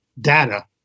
data